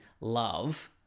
love